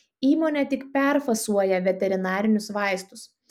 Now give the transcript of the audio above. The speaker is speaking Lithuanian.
įmonė tik perfasuoja veterinarinius vaistus